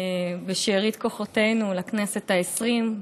בשארית כוחותינו לכנסת העשרים,